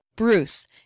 bruce